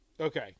Okay